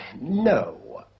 No